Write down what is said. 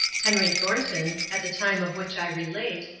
henry thornton, at the time of which i relate,